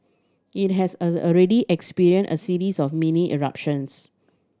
it has already experience a series of mini eruptions